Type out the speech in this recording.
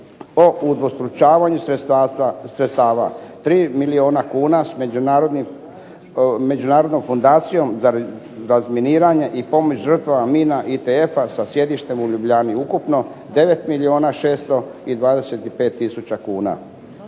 o udvostručavanju sredstava 3 milijuna kuna s međunarodnom fondacijom za razminiranje i pomoć žrtvama mina ITF-a sa sjedištem u Ljubljani ukupno 9 milijuna 625 tisuća kuna.